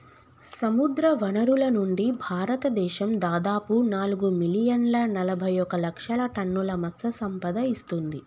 సముద్రవనరుల నుండి, భారతదేశం దాదాపు నాలుగు మిలియన్ల నలబైఒక లక్షల టన్నుల మత్ససంపద ఇస్తుంది